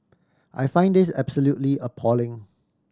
I find this absolutely appalling